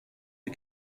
die